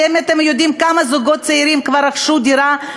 האם אתם יודעים כמה זוגות צעירים כבר רכשו דירה,